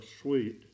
sweet